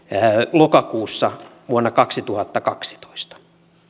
lokakuussa vuonna kaksituhattakaksitoista